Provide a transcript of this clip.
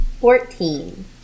Fourteen